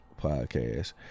podcast